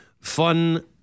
fun